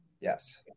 yes